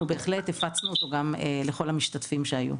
בהחלט הפצנו אותו גם לכל המשתתפים שהיו.